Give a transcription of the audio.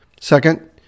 Second